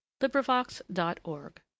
LibriVox.org